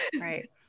Right